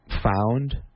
found